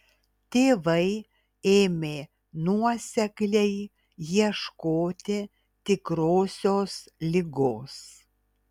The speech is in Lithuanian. tėvai ėmė nuosekliai ieškoti tikrosios ligos